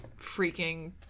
freaking